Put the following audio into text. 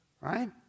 Right